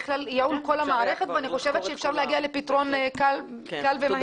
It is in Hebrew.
בכלל ייעול כל המערכת ואני חושבת שאפשר להגיע לפתרון קל ומהיר.